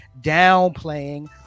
downplaying